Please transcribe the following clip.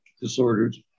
disorders